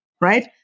right